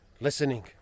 listening